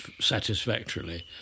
satisfactorily